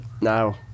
No